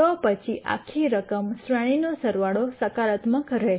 તો પછી આખી રકમ શ્રેણીનો સરવાળો સકારાત્મક રહેશે